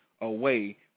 away